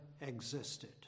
existed